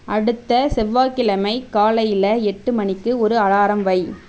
அடுத்த செவ்வாய்கிழமை காலையில எட்டு மணிக்கு ஒரு அலாரம் வை